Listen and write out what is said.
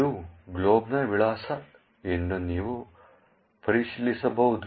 ಇದು ಗ್ಲೋಬ್ನ ವಿಳಾಸ ಎಂದು ನೀವು ಪರಿಶೀಲಿಸಬಹುದು